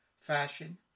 fashion